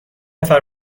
نفر